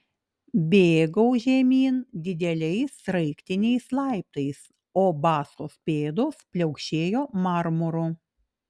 bėgau žemyn dideliais sraigtiniais laiptais o basos pėdos pliaukšėjo marmuru